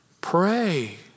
Pray